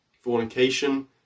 fornication